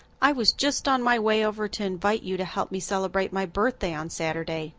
i was just on my way over to invite you to help me celebrate my birthday on saturday,